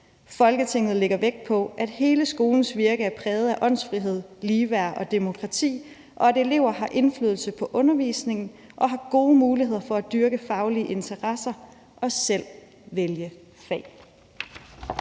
Folketinget lægger vægt på, at hele skolens virke er præget af åndsfrihed, ligeværd og demokrati, og at elever derfor har indflydelse på undervisningen og har gode muligheder for at dyrke faglige interesser og selv vælge fag.«